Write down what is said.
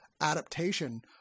adaptation